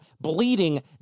bleeding